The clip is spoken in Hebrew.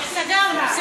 סגרנו.